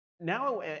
now